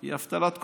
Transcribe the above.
היא אבטלת קורונה.